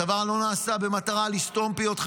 הדבר לא נעשה במטרה לסתום פיות,